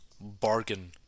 bargain